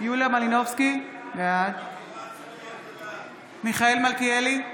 יוליה מלינובסקי, בעד מיכאל מלכיאלי,